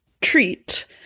treat